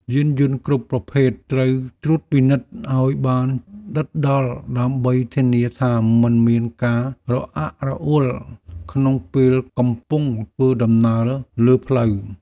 យានយន្តគ្រប់ប្រភេទត្រូវត្រួតពិនិត្យឱ្យបានដិតដល់ដើម្បីធានាថាមិនមានការរអាក់រអួលក្នុងពេលកំពុងធ្វើដំណើរលើផ្លូវ។